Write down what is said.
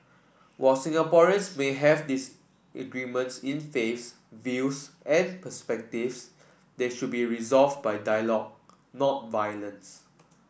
while Singaporeans may have disagreements in faiths views and perspectives they should be resolved by dialogue not violence